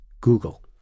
Google